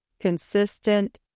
Consistent